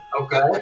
Okay